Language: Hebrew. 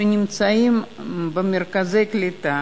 שיוצאי אתיופיה נמצאים במרכזי קליטה,